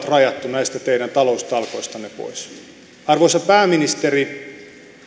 rajattu näistä teidän taloustalkoistanne pois arvoisa pääministeri